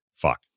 fuck